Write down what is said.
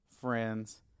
friends